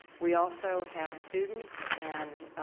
we also have students and